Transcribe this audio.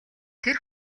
тэр